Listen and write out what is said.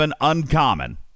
uncommon